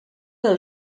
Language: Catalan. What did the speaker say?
del